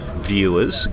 viewers